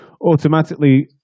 automatically